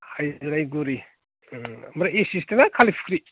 हालदैगुरि ओमफ्राय एसिस्टेन्ट आ कालिफुख्रि